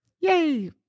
Yay